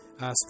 ask